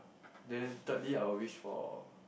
then thirdly I will wish for